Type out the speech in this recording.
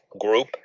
Group